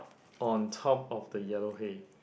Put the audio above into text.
on top of the yellow hay